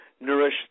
Nourish